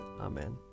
Amen